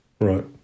right